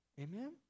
Amen